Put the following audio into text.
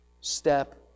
step